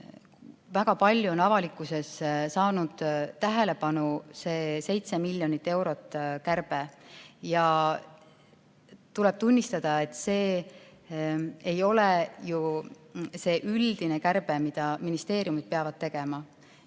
väga palju on avalikkuses saanud tähelepanu see 7 miljoni euro suurune kärbe. Tuleb tunnistada, et see ei ole ju see üldine kärbe, mida ministeeriumid peavad tegema.